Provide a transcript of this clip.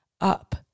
up